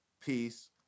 peace